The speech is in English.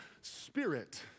Spirit